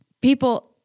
people